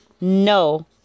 No